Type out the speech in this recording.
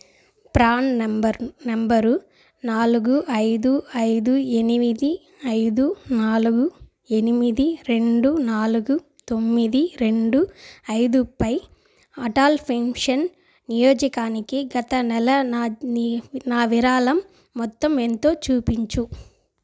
PRAN number number నాలుగు ఐదు ఐదు ఎనిమిది ఐదు నాలుగు ఎనిమిది రెండు నాలుగు తొమ్మిది రెండు ఐదు పై అటాల్ పెన్షన్ నియోజకానికి గత నెల నాద్ ని నా విరాళం మొత్తం ఎంతో చూపించు